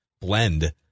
blend